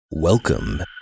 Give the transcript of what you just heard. Welcome